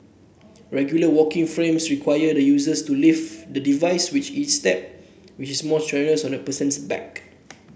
regular walking frames require the users to lift the device with each step which is more strenuous on the person's back